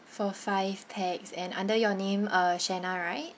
for five pax and under your name uh shena right